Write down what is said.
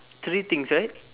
three things right